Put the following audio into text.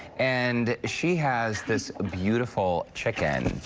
and she has this beautiful chicken.